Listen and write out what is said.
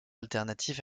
alternatifs